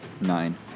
Nine